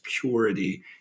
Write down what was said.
purity